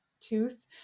tooth